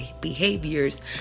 behaviors